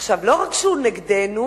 לא רק שהוא נגדנו,